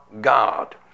God